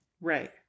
Right